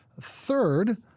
Third